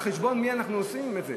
על חשבון מי אנחנו עושים את זה.